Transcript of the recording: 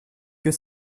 que